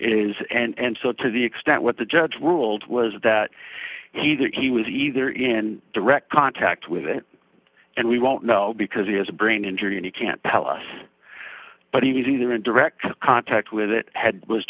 is and so to the extent what the judge ruled was that he that he was either in direct contact with it and we won't know because he has a brain injury and he can't tell us but he's either in direct contact with it had was